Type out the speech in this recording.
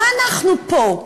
מה אנחנו פה?